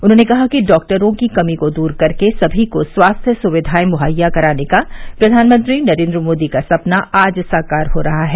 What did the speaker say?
उन्होंने कहा कि डॉक्टरों की कमी को दूर करके सभी को स्वास्थ्य सुविवाएं मुहैया कराने का प्रधानमंत्री नरेन्द्र मोदी का सपना आज साकार हो रहा है